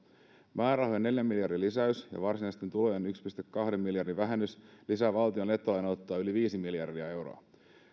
määrärahojen neljän miljardin lisäys ja varsinaisten tulojen yhden pilkku kahden miljardin vähennys lisää valtion nettovelanottoa yli viisi miljardia euroa